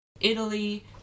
Italy